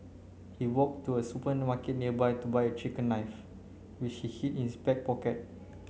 he walked to a supermarket nearby to buy a kitchen knife which he hid in his back pocket